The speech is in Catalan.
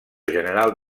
general